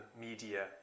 media